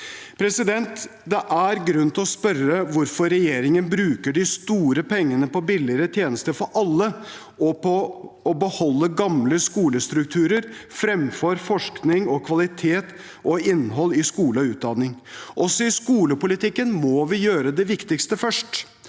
fremover. Det er grunn til å spørre hvorfor regjeringen bruker de store pengene på billigere tjenester for alle og på å beholde gamle skolestrukturer fremfor forskning og kvalitet og innhold i skole og utdanning. Også i skolepolitikken må vi gjøre det viktigste først.